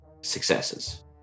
successes